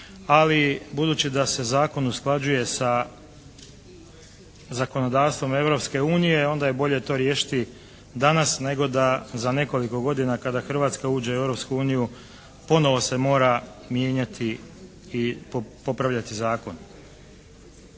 ali budući da se zakon usklađuje sa zakonodavstvom Europske unije onda je bolje to riješiti danas nego da za nekoliko godina kada Hrvatska uđe u Europsku uniju ponovo se mora mijenjati i popravljati zakon.